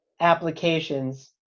applications